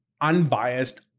unbiased